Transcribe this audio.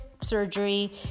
surgery